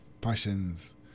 passions